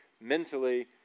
mentally